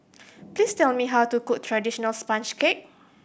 please tell me how to cook traditional sponge cake